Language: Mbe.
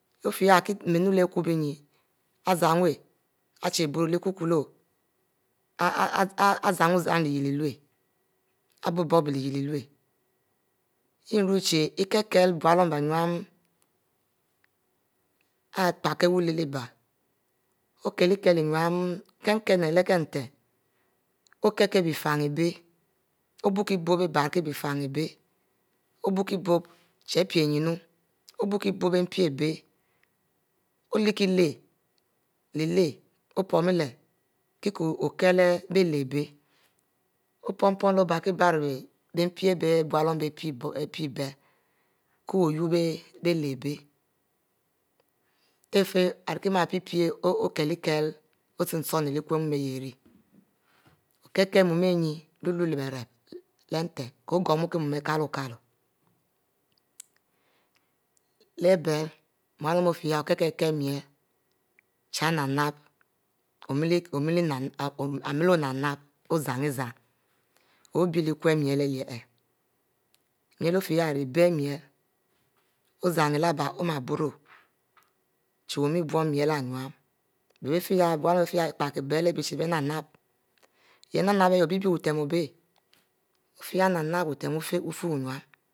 opie yah ari kie mielu leh laku bo inne zan luw chie boro leh ikukile ari zan-zan lyieh wu abicboubi lyieh wu yah irue vhic ikiele bualuam innu ari epiekie wu lelebiele okielekiehu kinn-kinn leh kie nten okielela e bigineebie obukiebou air bier kie bitine abie. obokie bo chiepie nyin. obokie bo bie mpi abie olehkiele leva lao okile bieleh abie opom-pom ori bierie mpi ari bie bualuom bic pie bieh entefie ari rie mama pic-pueh okielikile ochin-chin loeh kum mua ari ire okiele mua inne lulea leh bierep leh kienten ko gum kie mua ankielo kielo leh bieh wuluom ofic yah okiele miel chic nap-nap ozan chic obie lehkum miel ari ire miele lefie ari abic miel ozan leh bie oma boro eh om chie obum miel innu buluom ofie ipic miel chie nap-nap yah nap nay obic bie butem obie